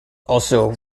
also